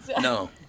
no